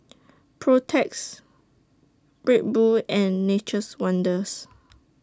Protex Red Bull and Nature's Wonders